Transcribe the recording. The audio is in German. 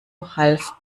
half